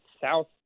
South